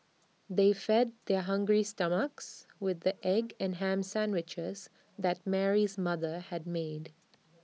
they fed their hungry stomachs with the egg and Ham Sandwiches that Mary's mother had made